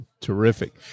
Terrific